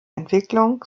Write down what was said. entwicklung